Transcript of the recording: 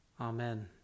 Amen